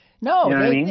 No